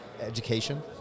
Education